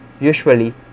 usually